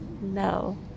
no